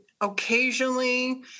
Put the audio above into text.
occasionally